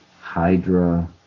Hydra